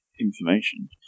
information